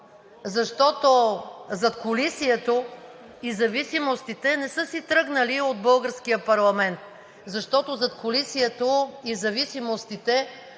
Защото задкулисието и зависимостите не са си тръгнали от българския парламент, защото задкулисието и зависимостите